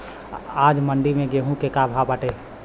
आज मंडी में गेहूँ के का भाव बाटे?